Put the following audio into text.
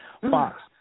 Fox